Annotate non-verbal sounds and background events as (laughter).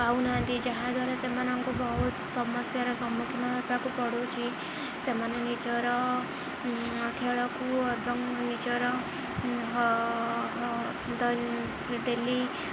ପାଉନାହାଁନ୍ତି ଯାହାଦ୍ୱାରା ସେମାନଙ୍କୁ ବହୁତ ସମସ୍ୟାର ସମ୍ମୁଖୀନ ହେବାକୁ ପଡ଼ୁଛି ସେମାନେ ନିଜର ଖେଳକୁ ଏବଂ ନିଜର (unintelligible) ଡେଲି